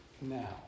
now